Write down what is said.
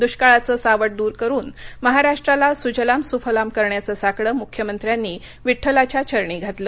दुष्काळाचं सावट दूर करून महाराष्ट्राला सुजलाम् सुफलाम करण्याच साकडं मुख्यमंत्र्यांनी विठ्ठलाच्या चरणी घातलं